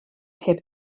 heb